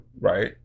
Right